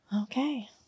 Okay